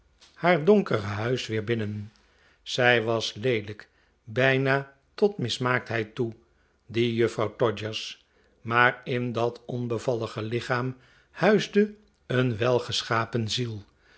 haar donkere huis weer binnen zij was leelijk bijna tot mismaaktheid toe die juffrouw todgers maar in dat onbevallige lichaam huisde een welgeschapen ziel